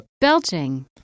belching